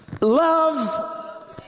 love